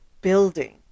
building